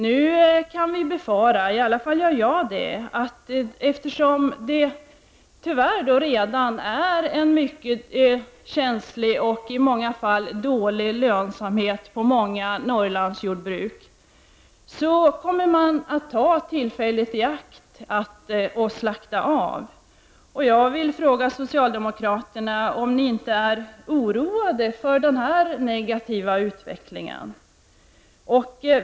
Nu kan vi befara — i alla fall gör jag det —, eftersom lönsamheten tyvärr redan är dålig på många Norrlandsjordbruk, att man kommer att begagna tillfället att slakta av. Jag vill fråga socialdemokraterna om de inte är oroade över den negativa utvecklingen.